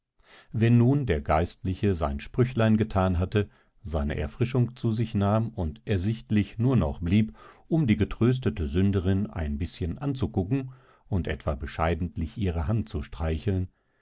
wenn nun der geistliche sein sprüchlein getan hatte seine erfrischung zu sich nahm und ersichtlich nur noch blieb um die getröstete sünderin ein bißchen anzugucken und etwa bescheidentlich ihre hand zu streicheln